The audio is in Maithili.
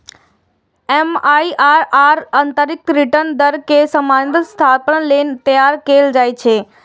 एम.आई.आर.आर आंतरिक रिटर्न दर के समस्याक समाधान लेल तैयार कैल जाइ छै